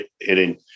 hitting